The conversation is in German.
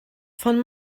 von